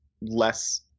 less